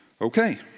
Okay